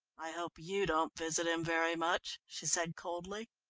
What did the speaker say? i hope you don't visit him very much, she said coldly.